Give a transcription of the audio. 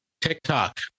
TikTok